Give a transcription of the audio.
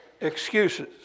excuses